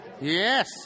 Yes